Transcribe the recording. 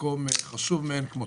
מקום חשוב מאין כמותו.